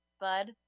Bud